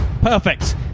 perfect